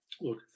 Look